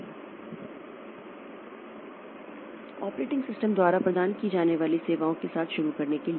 इसलिए operating system द्वारा प्रदान की जाने वाली सेवाओं के साथ शुरू करने के लिए